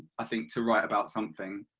i think, to write about something,